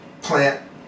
plant